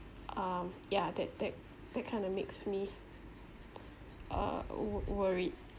um yeah that that that kind of makes me uh wo~ worried